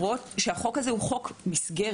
החוק הזה הוא חוק מסגרת.